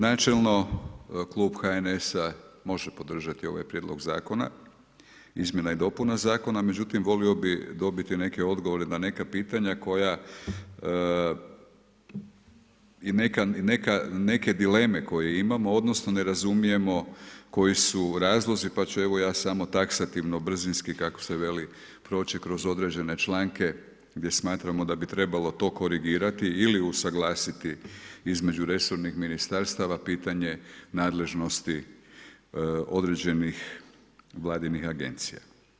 Načelno Klub HNS-a može podržati ovaj prijedlog zakona, izmjena i dopuna zakona, međutim, volio bi dobiti neke odgovore na neka pitanja koja i neke dileme koje imamo odnosno, ne razumijemo koji su razlozi, pa ću ja evo samo taksativno, brzinski kako se veli, proći kroz određene članke, gdje smatramo da bi trebalo to korigirati ili usuglasiti između resornih ministarstava pitanje nadležnosti određenih vladinih agencija.